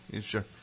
sure